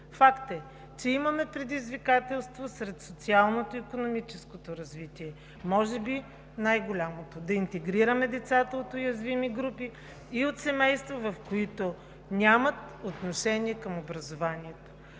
Факт е, че имаме предизвикателство сред социалното и икономическото развитие, може би най-голямото е да интегрираме децата от уязвими групи и от семейства, които нямат отношение към образованието.